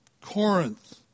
Corinth